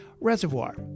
Reservoir